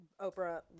Oprah